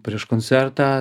prieš koncertą